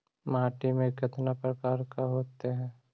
माटी में कितना प्रकार के होते हैं?